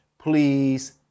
Please